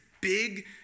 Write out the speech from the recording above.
big